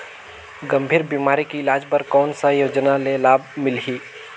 गंभीर बीमारी के इलाज बर कौन सा योजना ले लाभ मिलही?